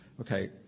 Okay